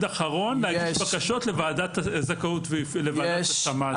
אחרון להגשת בקשות לוועדת הזכאות ולוועדת השמה.